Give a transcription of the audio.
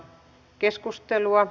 keskustelua